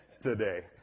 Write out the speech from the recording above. today